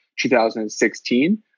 2016